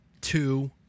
two